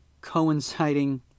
coinciding